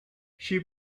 she